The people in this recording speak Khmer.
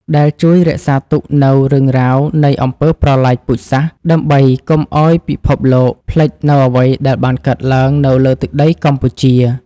ដែលជួយរក្សាទុកនូវរឿងរ៉ាវនៃអំពើប្រល័យពូជសាសន៍ ដើម្បីកុំឲ្យពិភពលោកភ្លេចនូវអ្វីដែលបានកើតឡើងនៅលើទឹកដីកម្ពុជា។